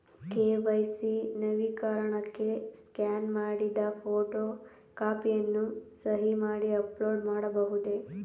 KYC ನವೀಕರಣಕ್ಕೆ scan ಮಾಡಿದ photo ಕಾಪಿಯನ್ನು ಸಹಿ ಮಾಡಿ ಅಪ್ಲೋಡ್ ಮಾಡಬಹುದೇ?